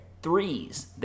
Threes